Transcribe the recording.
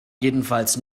jedenfalls